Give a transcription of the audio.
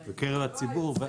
הציבור.